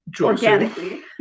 organically